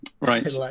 Right